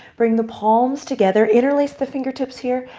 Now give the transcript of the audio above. bring the palms together. interlace the fingertips here.